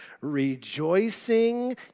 Rejoicing